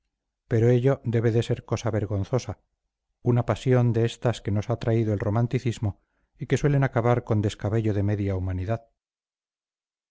pero ello debe de ser cosa vergonzosa una pasión de estas que nos ha traído el romanticismo y que suelen acabar con descabello de media humanidad